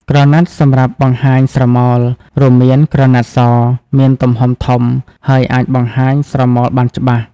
ក្រណាត់សម្រាប់បង្ហាញស្រមោល រួមមាន ក្រណាត់ស មានទំហំធំហើយអាចបង្ហាញស្រមោលបានច្បាស់។